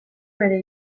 bere